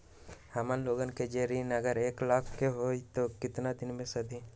हमन लोगन के जे ऋन अगर एक लाख के होई त केतना दिन मे सधी?